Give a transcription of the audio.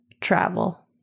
Travel